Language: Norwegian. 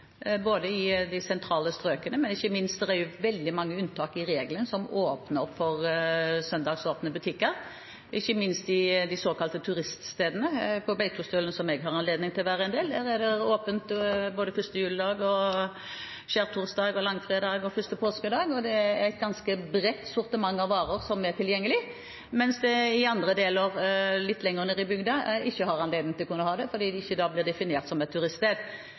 både i de sentrale strøkene og ikke minst – det er veldig mange unntak fra reglene, som åpner for søndagsåpne butikker – på de såkalte turiststedene. På Beitostølen, der jeg har anledning til å være en del, er det åpent både 1. juledag, skjærtorsdag, langfredag og 1. påskedag – og det er et ganske bredt sortiment av varer som er tilgjengelig – mens de litt lenger nedi bygda ikke har anledning til å ha det fordi de ikke blir definert som et turiststed.